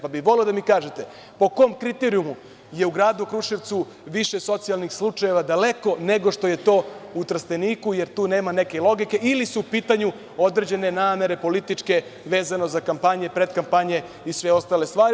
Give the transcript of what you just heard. Pa bih voleo da mi kažete - po kom kriterijumu je u gradu Kruševcu više socijalnih slučajeva daleko nego što je to u Trsteniku, jer tu nema neke logike ili su u pitanju određene namere političke vezano za kampanje, predkampanje, i sve ostale stvari?